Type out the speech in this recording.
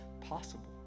possible